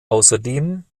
außerdem